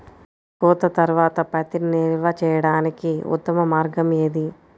కోత తర్వాత పత్తిని నిల్వ చేయడానికి ఉత్తమ మార్గం ఏది?